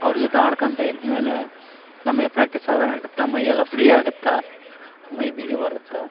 ಅವ್ರ ಜೊತೆ ಆಡ್ಕೊಂತ ಇದ್ದ ಮೇಲೆ ನಮಗೆ ಪ್ರಾಕ್ಟೀಸ್ ಆದಂಗಾಗತ್ತೆ ಮೈಯೆಲ್ಲ ಫ್ರೀ ಆಗತ್ತೆ ಮೈ ಬಿಗಿ ಬರತ್ತೆ